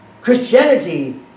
Christianity